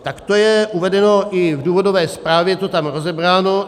Tak to je uvedeno i v důvodové zprávě, je to tam rozebráno.